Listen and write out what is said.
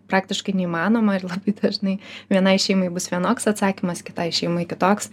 praktiškai neįmanoma ir labai dažnai vienai šeimai bus vienoks atsakymas kitai šeimai kitoks